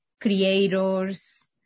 creators